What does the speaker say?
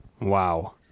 Wow